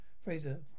Fraser